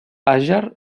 àger